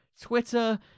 Twitter